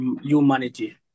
humanity